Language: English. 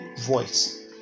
voice